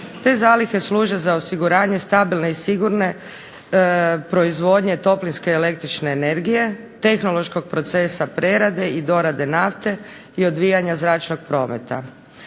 Te zalihe službe za osiguranje stabilne i sigurne proizvodnje toplinske električne energije, tehnološkog procesa prerade i dorade nafte i odvijanja zračnog prometa.